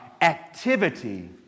activity